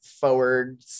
forward